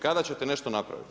Kada ćete nešto napravit?